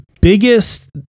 biggest